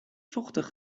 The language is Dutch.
vochtig